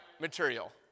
material